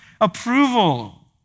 approval